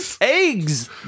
Eggs